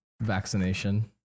vaccination